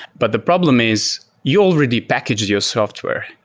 but the problem is you already packaged your software.